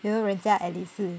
you know 人家 at least 是